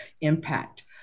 impact